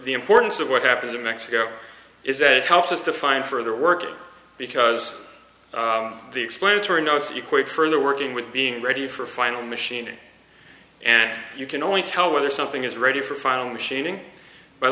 the importance of what happens in mexico is that it helps us to find further work because the explanatory notes you quote further working with being ready for final machining and you can only tell whether something is ready for final machining by